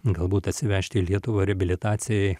galbūt atsivežti į lietuvą reabilitacijai